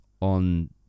on